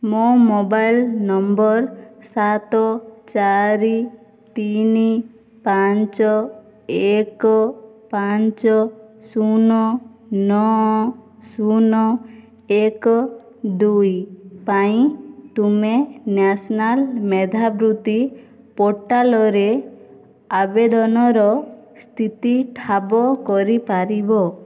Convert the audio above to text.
ମୋ mobile number ସାତ ଚାରି ତିନି ପାଞ୍ଚ ଏକ ପାଞ୍ଚ ଶୂନ ନଅ ଶୂନ ଏକ ଦୁଇ ପାଇଁ ତୁମେ ନ୍ୟାସନାଲ୍ ମେଧାବୃତ୍ତି ପୋର୍ଟାଲରେ ଆବେଦନର ସ୍ଥିତି ଠାବ କରିପାରିବ